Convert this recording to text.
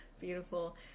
Beautiful